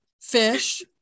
fish